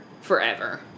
forever